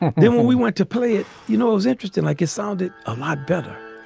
then when we went to play it, you know, it was interesting. like it sounded a lot better